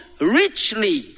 richly